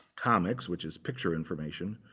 comics, which is picture information,